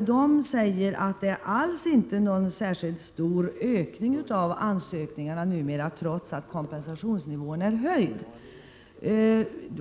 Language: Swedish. De säger att det inte har skett någon särskilt stor ökning av ansökningarna, trots att kompensationsnivån numera är höjd.